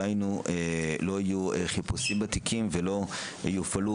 לא יהיו חיפושים בתיקים ולא יופעלו